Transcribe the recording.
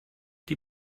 die